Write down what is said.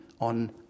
on